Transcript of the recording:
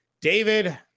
David